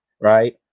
right